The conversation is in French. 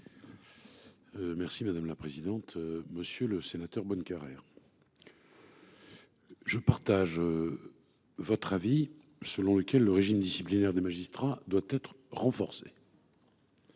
Merci madame la présidente, monsieur le sénateur Bonnecarrere. Je partage. Votre avis selon lequel le régime disciplinaire des magistrats doit être renforcée.